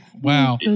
Wow